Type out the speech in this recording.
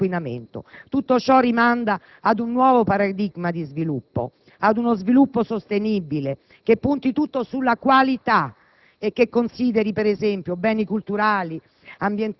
all'inquinamento. Tutto ciò rimanda ad un nuovo paradigma di sviluppo, ad uno sviluppo sostenibile che punti tutto sulla qualità e che consideri, per esempio, beni culturali,